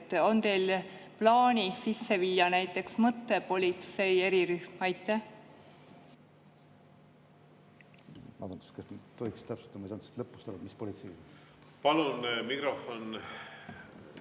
On teil plaanis sisse viia näiteks mõttepolitsei erirühm? Aitäh,